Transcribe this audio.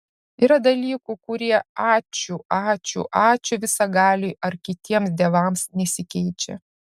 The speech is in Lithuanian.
yra dalykų kurie ačiū ačiū ačiū visagaliui ar kitiems dievams nesikeičia